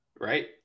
Right